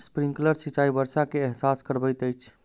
sprinkler सिचाई वर्षा के एहसास करबैत अछि